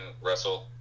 wrestle